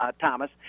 Thomas